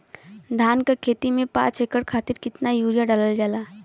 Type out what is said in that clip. धान क खेती में पांच एकड़ खातिर कितना यूरिया डालल जाला?